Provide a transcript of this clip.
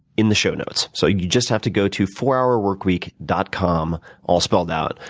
in the show notes, so you just have to go to fourhourworkweek dot com, all spelled out,